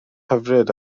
hyfryd